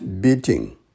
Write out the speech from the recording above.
beating